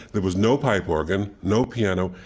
there was no pipe organ, no piano,